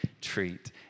treat